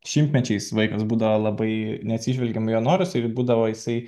šimtmečiais vaikas būdavo labai neatsižvelgiama į jo norus ir būdavo jisai